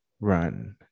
run